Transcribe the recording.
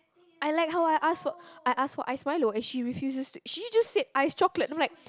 I like how I ask for I asked for ice Milo and she refuses to she just said ice chocolate then I'm like